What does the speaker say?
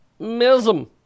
Mism